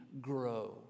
grow